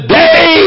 day